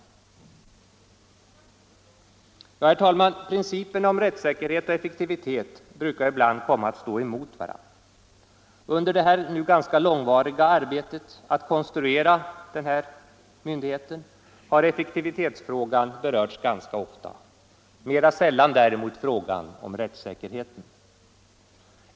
Principerna om rättssäkerhet och effektivitet brukar ibland komma att stå emot varandra. Under det ganska långvariga arbetet att konstruera denna centralmyndighet har effektivitetsfrågan berörts ganska ofta, mera sällan frågan om rättssäkerheten.